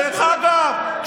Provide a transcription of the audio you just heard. דרך אגב,